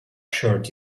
shirt